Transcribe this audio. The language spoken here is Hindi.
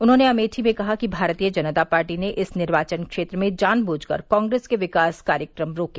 उन्होंने अमेठी में कहा कि भारतीय जनता पार्टी ने इस निर्वाचन क्षेत्र में जान बूझकर कांग्रेस के विकास कार्यक्रम रोके